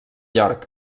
york